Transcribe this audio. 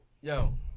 Yo